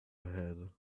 had